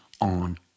on